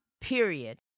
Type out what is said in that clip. period